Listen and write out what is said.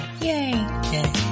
Yay